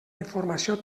informació